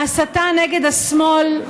ההסתה נגד השמאל,